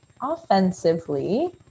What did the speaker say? offensively